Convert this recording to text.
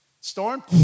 Storm